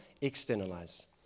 externalize